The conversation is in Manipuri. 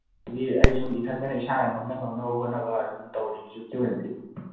ꯃꯤ ꯑꯩ ꯁꯨꯝ ꯏꯊꯟꯗꯅ ꯏꯁꯥꯅ ꯉꯝꯅ ꯉꯝꯅꯕ ꯍꯣꯠꯅꯕ ꯍꯥꯏꯗꯨ ꯑꯗꯨꯝ ꯇꯧꯔꯤ ꯍꯧꯖꯤꯛꯀꯤ ꯑꯣꯏꯅꯗꯤ